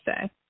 say